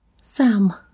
Sam